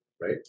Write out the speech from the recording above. right